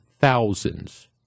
thousands